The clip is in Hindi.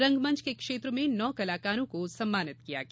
रंगमंच के क्षेत्र में नौ कलाकरों को सम्मानित किया गया